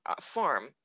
farm